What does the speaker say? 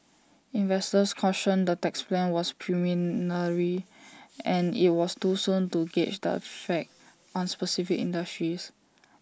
investors cautioned the tax plan was preliminary and IT was too soon to gauge the effect on specific industries